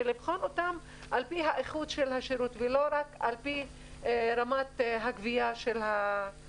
ולבחון אותן על פי רמת השירות ולא רק על פי הספק גביית התשלומים.